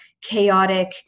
chaotic